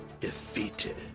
defeated